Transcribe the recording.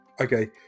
okay